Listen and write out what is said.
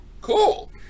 cool